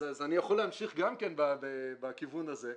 אז אני יכול להמשיך גם כן בכיוון הזה.